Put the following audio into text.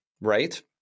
right